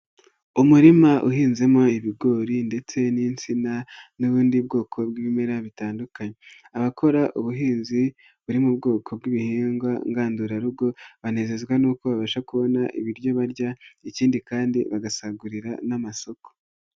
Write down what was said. Umurima uhinzemo ibigori ndetse n'insina n'ubundi bwoko bw'ibimera bitandukanye, abakora ubuhinzi buri mu bwoko bw'ibihingwa ngandurarugo banezezwa n'uko babasha kubona ibiryo barya ikindi kandi bagasagurira n'amasoko.